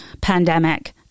pandemic